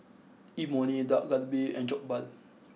Imoni Dak Galbi and Jokbal